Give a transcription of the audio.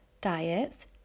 diets